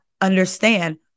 understand